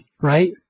Right